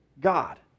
God